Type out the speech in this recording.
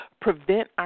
prevent